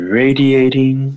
radiating